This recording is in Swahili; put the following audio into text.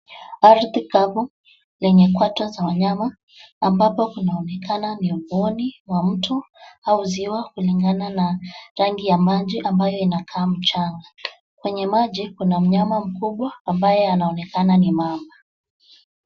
Ardhi kavu lenye kwata za wanyama ambapo kunaoneka ni boni wa mto au ziwa kulingana na rangi ya maji ambayo inakaa mchanga. Kwenye maji kuna mnyama mkubwa ambaye anaonekana ni mamba.